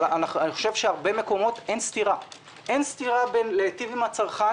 אבל אני חושב שבהרבה מקומות אין סתירה בין להיטיב עם הצרכן,